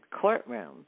courtroom